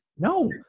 No